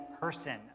person